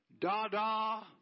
dada